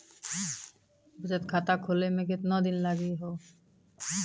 बचत खाता खोले मे केतना दिन लागि हो?